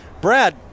Brad